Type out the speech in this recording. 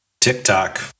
TikTok